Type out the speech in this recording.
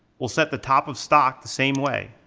we'll set the top of stock the same way,